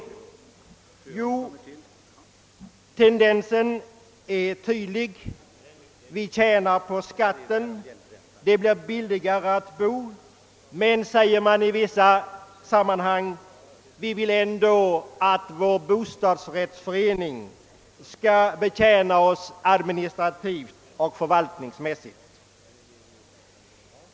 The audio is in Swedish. Jo, tendensen är tydlig: de tjänar på det i skattehänseende. Det blir därigenom billigare att bo. Men de vill ändå att bostadsrättsföreningen skall betjäna dem administrativt och förvaltningsmässigt.